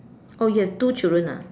oh you have two children ah